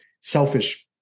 selfish